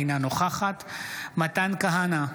אינה נוכחת מתן כהנא,